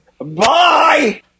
Bye